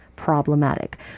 problematic